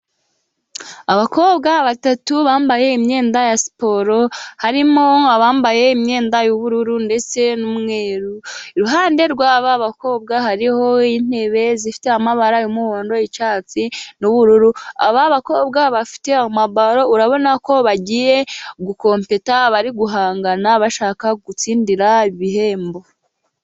Abakobwa batatu bambaye imyenda ya siporo harimo abambaye imyenda y'ubururu ndetse n'umweru. Iruhande rwaba bakobwa hariho intebe zifite amabara y'umuhondo, icyatsi n'ubururu. Aba bakobwa bafite amabaro urabona ko bagiye gukompeta bari guhangana bashaka gutsindira ibihembo.